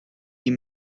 die